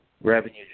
revenue